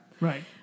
Right